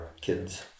kids